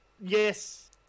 Yes